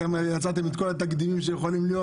אתם יצרתם את כל התקדימים שיכולים להיות.